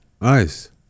Nice